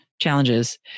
challenges